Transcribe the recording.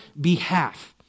behalf